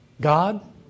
God